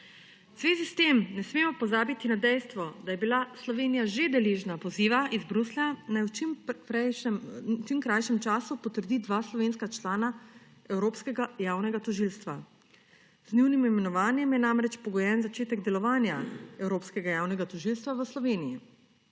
zvezi s tem ne smemo pozabiti na dejstvo, da je bila Slovenija že deležna poziva iz Bruslja, naj v čim krajšem času potrdi dva slovenska člana Evropskega javnega tožilstva. Z njunim imenovanjem je namreč pogojen začetek delovanja Evropskega javnega tožilstva v Sloveniji,